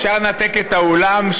אפשר לנתק את האולם,